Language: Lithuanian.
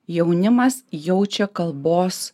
jaunimas jaučia kalbos